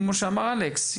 כמו שאמר אלכס,